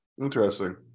Interesting